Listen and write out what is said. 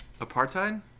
Apartheid